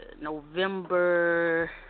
November